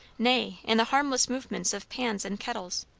nay, in the harmless movements of pans and kettles.